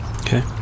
Okay